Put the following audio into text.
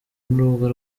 n’urubuga